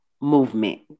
movement